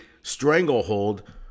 stranglehold